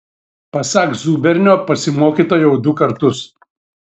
pasak zubernio pasimokyta jau du kartus